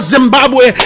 Zimbabwe